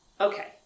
Okay